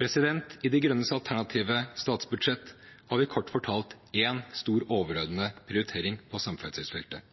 I De Grønnes alternative statsbudsjett har vi kort fortalt én stor, overordnet prioritering på samferdselsfeltet.